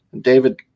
David